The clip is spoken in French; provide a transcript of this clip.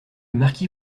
marquis